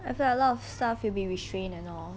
I felt a lot of stuff will be restrained and all